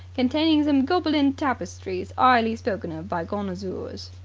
containing some gobelin tapestries ighly spoken of by connoozers.